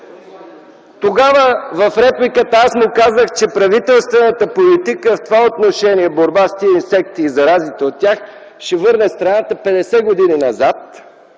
Тогава в репликата аз му казах, че правителствената политика в това отношение – борбата с тези инсекти и заразите от тях, ще върне страната 50 години назад.